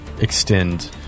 extend